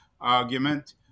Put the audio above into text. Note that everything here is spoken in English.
argument